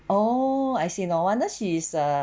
oh I see no wonder she is uh